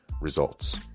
results